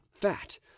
fat